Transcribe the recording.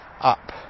up